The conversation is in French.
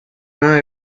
mains